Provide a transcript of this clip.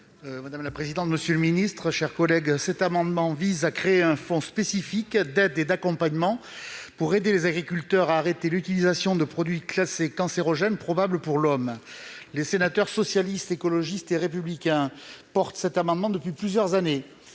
: La parole est à M. Christian Redon-Sarrazy. Cet amendement vise à créer un fonds spécifique d'aide et d'accompagnement pour aider les agriculteurs à cesser d'utiliser des produits classés cancérogènes probables pour l'homme. Les sénateurs Socialistes, Écologistes et Républicains déposent cet amendement depuis plusieurs années